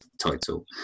title